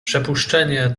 przypuszczenie